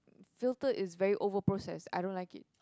filter is very over processed I don't like it